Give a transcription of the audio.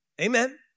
Amen